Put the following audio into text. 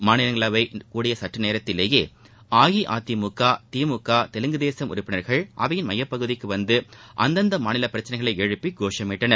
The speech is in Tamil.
மாநிலங்களவை கூடிய சற்று நேரத்திலேயே அஇஅதிமுக திமுக தெலங்குதேசம் உறுப்பினா்கள் அவையின் மையப்பகுதிக்கு வந்து அந்தந்த மாநில பிரச்சினைகளை எழுட்பி கோஷமிட்டனர்